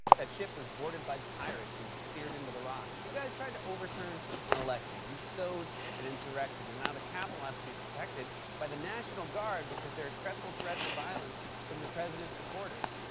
that ship was boarded by pirates and steered into the rocks. you guys tried to overturn an election. you sowed an insurrection. and now the capitol has to be protected by the national guard because there are credible threats of violence from the president's supporters.